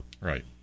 Right